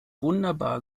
wunderbar